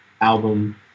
album